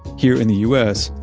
here in the u s,